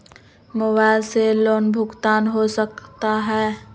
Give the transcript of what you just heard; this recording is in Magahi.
मोबाइल से लोन भुगतान हो सकता है?